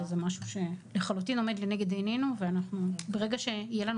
זה משהו שלחלוטין עומד לנגד עינינו וברגע שיהיו לנו